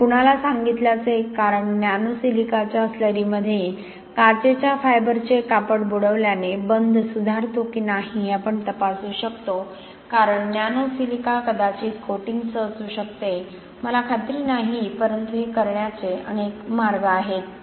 आणि मी कुणाला सांगितल्याचं एक कारण नॅनो सिलिकाच्या स्लरीमध्ये काचेच्या फायबरचे कापड बुडवल्याने बंध सुधारतो की नाही हे आपण तपासू शकतो कारण नॅनो सिलिका कदाचित कोटिंगसह असू शकते मला खात्री नाही परंतु हे करण्याचे अनेक मार्ग आहेत